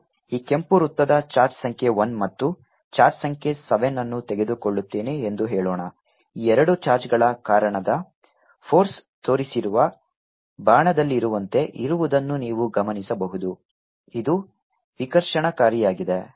ನಾನು ಈ ಕೆಂಪು ವೃತ್ತದ ಚಾರ್ಜ್ ಸಂಖ್ಯೆ 1 ಮತ್ತು ಚಾರ್ಜ್ ಸಂಖ್ಯೆ 7 ಅನ್ನು ತೆಗೆದುಕೊಳ್ಳುತ್ತೇನೆ ಎಂದು ಹೇಳೋಣ ಈ ಎರಡು ಚಾರ್ಜ್ಗಳ ಕಾರಣದ ಫೋರ್ಸ್ ತೋರಿಸಿರುವ ಬಾಣದಲ್ಲಿರುವಂತೆ ಇರುವುದನ್ನು ನೀವು ಗಮನಿಸಬಹುದು ಇದು ವಿಕರ್ಷಣಕಾರಿಯಾಗಿದೆ